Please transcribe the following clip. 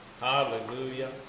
Hallelujah